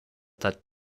that